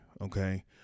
okay